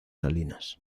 salinas